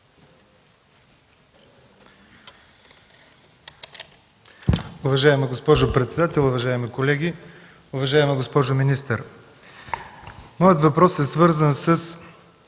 Уважаема госпожо председател, уважаеми колеги! Уважаема госпожо министър, моят въпрос е свързан с